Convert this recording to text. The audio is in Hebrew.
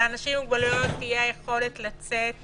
שלאנשים עם מוגבלויות תהיה היכולת לצאת